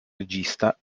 regista